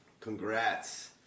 Congrats